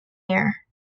here